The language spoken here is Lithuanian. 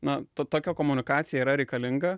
na to tokia komunikacija yra reikalinga